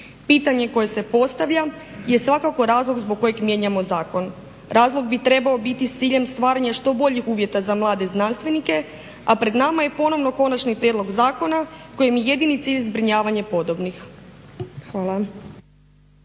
Pitanje koje se postavlja je svakako razlog zbog kojeg mijenjamo zakon. Razlog bi trebao biti s ciljem stvaranja što boljih uvjeta za mlade znanstvenike, a pred nama je ponovno konačni prijedlog zakona kojem je jedini cilj zbrinjavanje podobnih. Hvala.